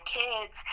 kids